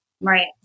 Right